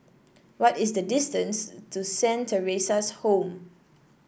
what is the distance to Saint Theresa's Home